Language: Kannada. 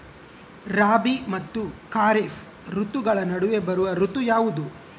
ರಾಬಿ ಮತ್ತು ಖಾರೇಫ್ ಋತುಗಳ ನಡುವೆ ಬರುವ ಋತು ಯಾವುದು?